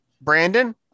Brandon